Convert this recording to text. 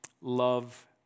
love